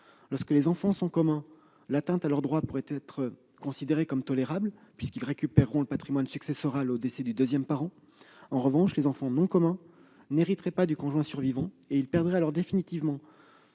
Lorsque les enfants sont communs, l'atteinte à leur droit pourrait être considérée comme tolérable, puisqu'ils récupéreront le patrimoine successoral au décès du deuxième parent. En revanche, les enfants non communs n'hériteraient pas du conjoint survivant, et ils perdraient alors définitivement